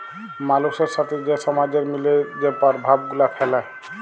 মালুসের সাথে যে সমাজের মিলে যে পরভাব গুলা ফ্যালে